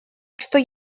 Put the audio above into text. что